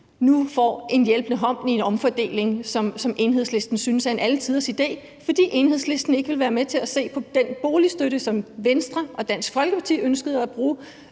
nu får en hjælpende hånd i en omfordeling, som Enhedslisten synes er en alletiders idé, fordi Enhedslisten ikke ville være med til at se på den boligstøtte, som Venstre og Dansk Folkeparti ønskede at bruge